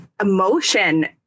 emotion